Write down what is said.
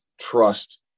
trust